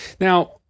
Now